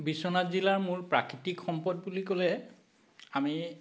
বিশ্বনাথ জিলাৰ মূল প্ৰাকৃতিক সম্পদ বুলি ক'লে আমি